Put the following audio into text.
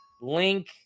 Link